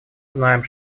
знаем